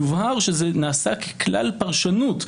יובהר שזה נעשה ככלל פרשנות.